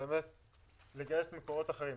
באמת לגייס ממקורות אחרים.